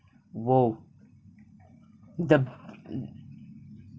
!whoa! the